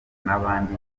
n’abandi